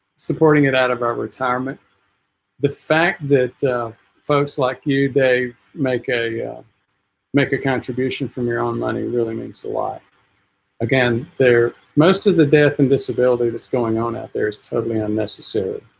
supporting it out of our retirement the fact that folks like you they make a make a contribution from your own money really means a lot again their most of the death and disability that's going on out there is totally unnecessary